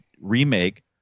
remake